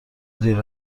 دیر